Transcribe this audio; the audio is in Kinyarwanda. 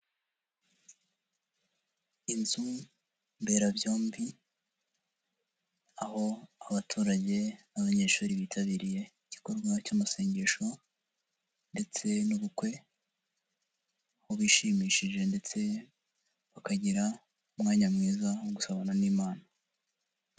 Inzu mberabyombi, aho abaturage n'abanyeshuri bitabiriye igikorwa cy'amasengesho ndetse n'ubukwe aho bishimishije ndetse bakagira umwanya mwiza wo gusabana n'Imana.